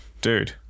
Dude